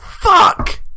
Fuck